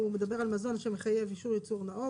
הוא מדבר על מזון שמחייב אישור ייצור נאות,